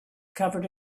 covered